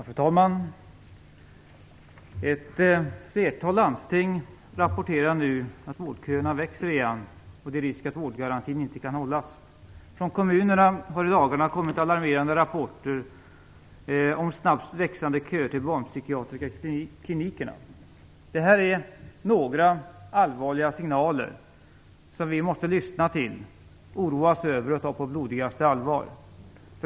Fru talman! Ett flertal landsting rapporterar nu att vårdköerna återigen växer, och det är risk att vårdgarantin inte kan uppfyllas. Från kommunerna har det i dagarna kommit alarmerande rapporter om snabbt växande köer till de barnpsykiatriska klinikerna. Det här är några allvarliga signaler som vi måste lyssna till, oroas över och ta på blodigaste allvar.